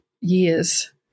years